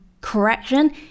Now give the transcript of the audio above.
correction